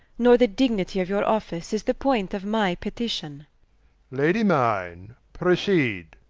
nor the dignity of your office is the poynt of my petition lady mine proceed